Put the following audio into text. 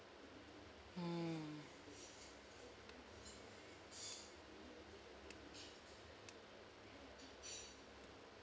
mm